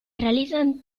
realizan